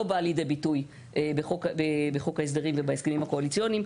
באה לידי ביטוי בחוק ההסדרים ובהסכמים הקואליציוניים.